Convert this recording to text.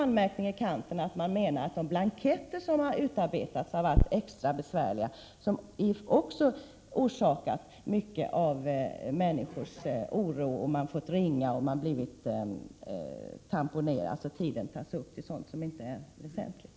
Till detta kommer att man menar att de blanketter som har utarbetats är mycket besvärliga, vilket medfört att människor blivit oroliga och varit tvungna att ringa. På så sätt har tiden ägnats åt sådant som inte är väsentligt.